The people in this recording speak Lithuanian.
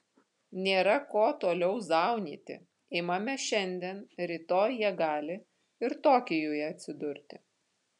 nėra ko toliau zaunyti imame šiandien rytoj jie gali ir tokijuje atsidurti